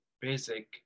basic